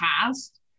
past